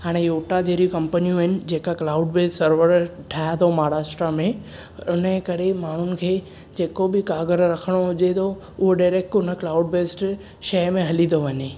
हाणे ओटा जहिड़ियूं कम्पनियूं आहिनि जेका क्लाऊड बेस सर्वर ठाहिया अथऊं महाराष्ट्र में हुन जे करे माण्हुनि खे जेको बि कागरु रखणो हुजे थो ऊहो डाइरेक्ट हुन क्लाऊड बेस्ड शइ में हली थो वञे